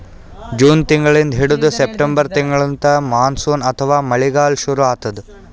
June ತಿಂಗಳಿಂದ್ ಹಿಡದು September ತಿಂಗಳ್ತನಾ ಮಾನ್ಸೂನ್ ಅಥವಾ ಮಳಿಗಾಲ್ ಶುರು ಆತದ್